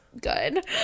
good